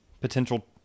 potential